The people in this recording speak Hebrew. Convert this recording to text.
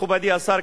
מכובדי השר,